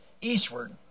eastward